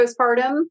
postpartum